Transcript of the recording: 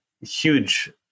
huge